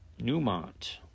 Newmont